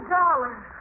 dollars